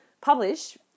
publish